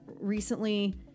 recently